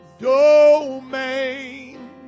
domain